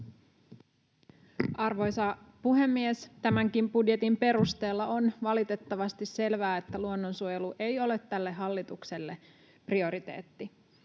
Arvoisa puhemies! Tämänkin budjetin perusteella on valitettavasti selvää, että luonnonsuojelu ei ole tälle hallitukselle prioriteetti.